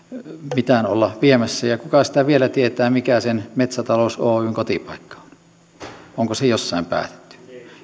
mitään olla viemässä ja kuka sitä vielä tietää mikä sen metsätalous oyn kotipaikka on onko se jossain päätetty